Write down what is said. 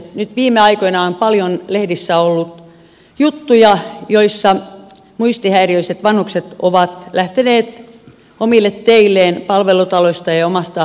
nyt viime aikoina on paljon lehdissä ollut juttuja joissa muistihäiriöiset vanhukset ovat lähteneet omille teilleen palvelutaloista ja omasta kodistaan